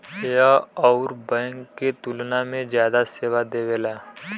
यह अउर बैंक के तुलना में जादा सेवा देवेला